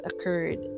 occurred